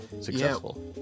successful